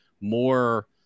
more